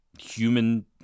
human